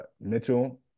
Mitchell